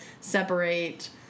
separate